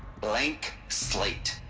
blank. slate.